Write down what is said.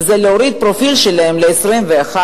וזה להוריד את הפרופיל שלהם ל-21,